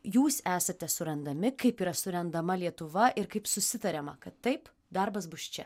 jūs esate surandami kaip yra surandama lietuva ir kaip susitariama kad taip darbas bus čia